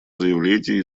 заявление